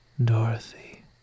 Dorothy